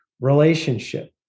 relationship